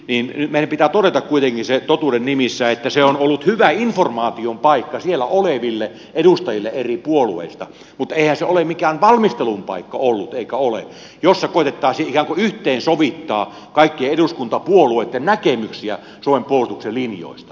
nyt meidän kuitenkin pitää todeta totuuden nimissä että se on ollut hyvä informaation paikka siellä oleville edustajille eri puolueista mutta eihän se ole ollut eikä ole mikään valmistelun paikka jossa koetettaisiin ikään kuin yhteensovittaa kaikkien eduskuntapuolueitten näkemyksiä suomen puolustuksen linjoista